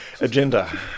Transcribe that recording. agenda